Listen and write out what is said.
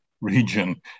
region